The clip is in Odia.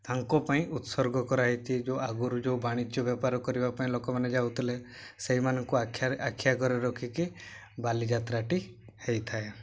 ତାଙ୍କ ପାଇଁ ଉତ୍ସର୍ଗ କରାହେଇଛି ଯେଉଁ ଆଗରୁ ଯେଉଁ ବାଣିଜ୍ୟ ବେପାର କରିବା ପାଇଁ ଲୋକମାନେ ଯାଉଥିଲେ ସେଇମାନଙ୍କୁ ଆଖି ଆଖିଆଗରେ ରଖିକି ବାଲିଯାତ୍ରାଟି ହେଇଥାଏ